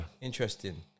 Interesting